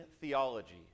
theology